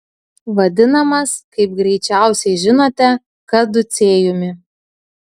vadinamas kaip greičiausiai žinote kaducėjumi